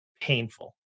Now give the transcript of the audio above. painful